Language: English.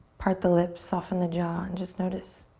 part the lips, soften the jaw and just notice.